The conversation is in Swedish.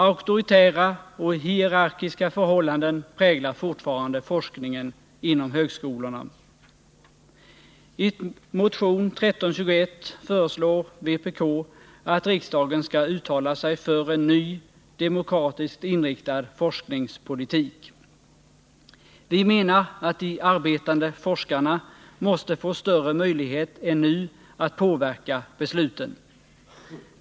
Auktoritära och hierarkiska förhållanden präglar fortfarande forskningen inom högskolorna. I motion 1321 föreslår vpk att riksdagen skall uttala sig för en ny, demokratiskt inriktad forskningspolitik. Vi menar att de arbetande forskarna måste få större möjligheter än nu att påverka besluten.